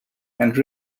and